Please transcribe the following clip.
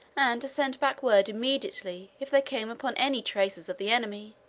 and to send back word immediately if they came upon any traces of the enemy.